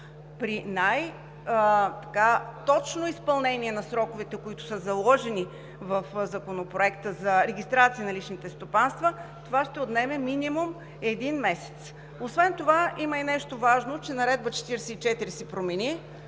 При най-точно изпълнение на сроковете, които са заложени в Законопроекта за регистрация на личните стопанства, това ще отнеме минимум един месец. Освен това има и нещо важно, че Наредба № 44 се промени,